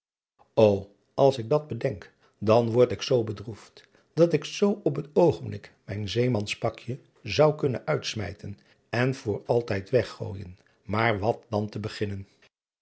ô ls ik dat bedenk dan word ik zoo bedroefd dat ik driaan oosjes zn et leven van illegonda uisman zoo op het oogenblik mijn zeemans pakje zou kunnen uitsmijten en voor altijd weggooijen maar wat dan te beginnen